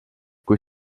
kui